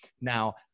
Now